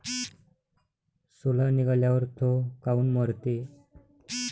सोला निघाल्यावर थो काऊन मरते?